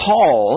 Paul